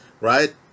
right